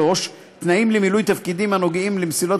3. תנאים למילוי תפקידים הנוגעים למסילת